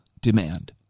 demand